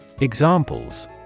Examples